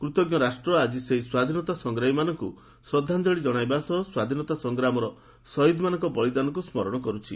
କୃତଜ୍ଞ ରାଷ୍ଟ୍ର ଆକି ସେହି ସ୍ୱାଧୀନତା ସଂଗ୍ରାମୀମାନଙ୍କୁ ଶ୍ରଦ୍ଧାଞ୍ଚଳି ଜଣାଇବା ସହ ସ୍ୱାଧୀନତା ସଂଗ୍ରାମର ଶହୀଦମାନଙ୍କ ବଳିଦାନକୁ ସ୍ମରଣ କରୁଛି